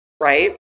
Right